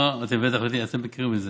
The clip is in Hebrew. ואתם מכירים את זה: